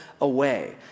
away